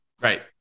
Right